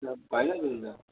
यो त भएन त अन्त